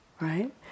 right